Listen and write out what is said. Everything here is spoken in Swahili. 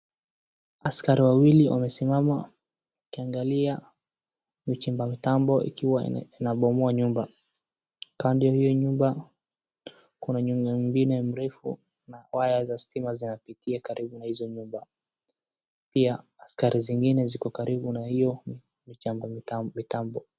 Askari wawili wamesimama wakiangalia vichimba mitambo ikiwa inabomoa nyumba. Kadiri hiyo nyumba kuna nyumba ingine mrefu na waya za stima zinapitia karibu na hizo nyumba. Pia askari wengine wako karibu na hiyo vichimba mitambo.